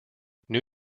new